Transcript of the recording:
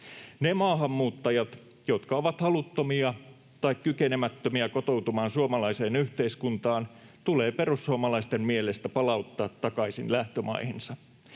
Ne maahanmuuttajat, jotka ovat haluttomia tai kykenemättömiä kotoutumaan suomalaiseen yhteiskuntaan, tulee perussuomalaisten mielestä palauttaa takaisin lähtömaihinsa.